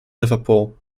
liverpool